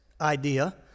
idea